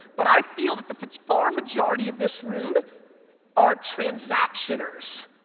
but i feel that the far majority of this room are transactioners.